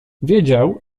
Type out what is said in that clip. wiedział